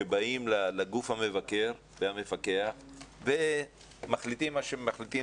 שבאים לגוף המבקר והמפקח ומחליטים מה שמחליטים,